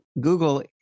Google